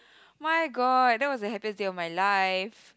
my god that was the happiest day of my life